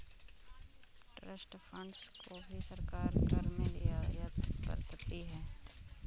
trust funds को भी सरकार कर में रियायत बरतती है